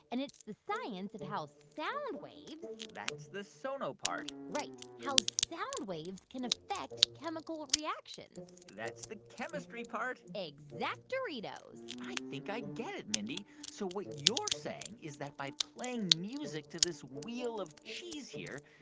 and it's the science of how sound waves. that's the sono part right. how sound waves can affect chemical reactions that's the chemistry part exact-orito so i think i get it, mindy. so what you're saying is, that by playing music to this wheel of cheese here,